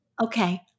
Okay